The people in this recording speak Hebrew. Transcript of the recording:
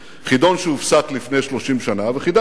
חידון שהופסק לפני 30 שנה וחידשנו אותו.